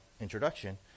introduction